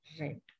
right